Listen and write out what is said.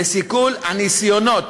לסיכול הניסיונות